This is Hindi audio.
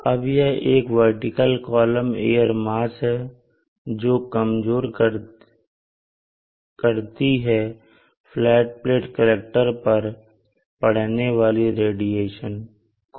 अब यह एक वर्टिकल कॉलम एयर मास है जो कमजोर करती है फ्लैट प्लेट कलेक्टर पर पड़ने वाली रेडिएशन को